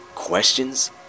Questions